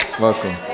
Welcome